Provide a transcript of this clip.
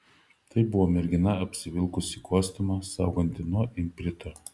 tai buvo mergina apsivilkusi kostiumą saugantį nuo iprito